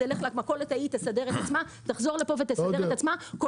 תלך למכולת ותסדר את עצמה ותחזור לפה ותסדר לעצמה